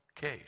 case